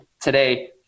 today